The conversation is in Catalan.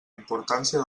importància